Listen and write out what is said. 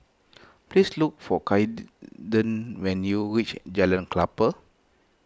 please look for Kaiden when you reach Jalan Klapa